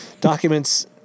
Documents